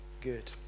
good